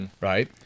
right